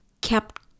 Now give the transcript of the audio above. kept